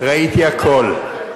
ראיתי הכול.